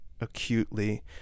acutely